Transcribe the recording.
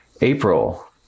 April